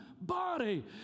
body